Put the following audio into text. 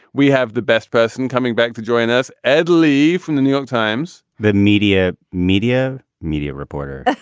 we have the best person coming back to join us. ed lee from the new york times. the media, media, media reporter